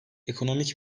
ekonomik